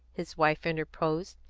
his wife interposed,